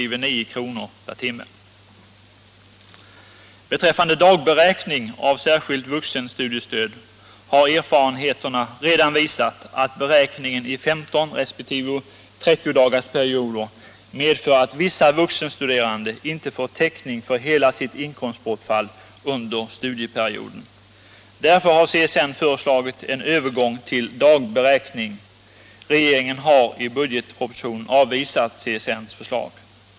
resp. 9 kr. per timme. Beträffande dagberäkning av särskilt vuxenstudiestöd har erfarenheterna redan visat att beräkningen i 15 resp. 30-dagarsperioder medför att vissa vuxenstuderande inte får täckning för hela sitt inkomstbortfall under studieperioden. Därför har CSN föreslagit en övergång till dagberäkning. Regeringen har i budgetpropositionen avvisat CSN:s förslag.